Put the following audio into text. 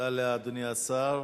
תודה לאדוני השר.